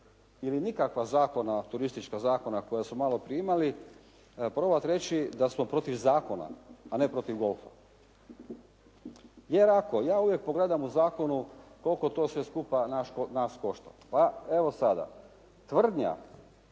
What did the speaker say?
ili nikakva zakona, turistička zakona koja smo malo prije imali, probati reći da smo protiv zakona, a ne protiv golfa. Jer ako, ja uvijek pogledam u zakonu koliko to sve skupa nas košta, pa evo sada. Tvrdnja